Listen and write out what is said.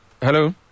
Hello